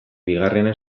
bigarrena